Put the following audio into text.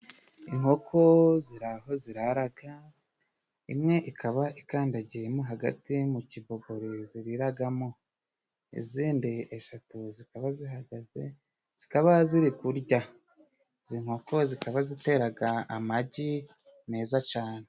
Inkoko ziri aho ziraraga, imwe ikaba ikandagiyemo hagati mu kibobori ziriraragamo. Izindi eshatu zikaba zihagaze zikaba ziri kurya. Izi nkoko zikaba ziteraga amagi meza cane.